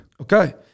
Okay